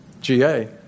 GA